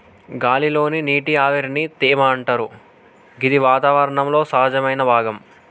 గాలి లోని నీటి ఆవిరిని తేమ అంటరు గిది వాతావరణంలో సహజమైన భాగం